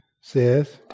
says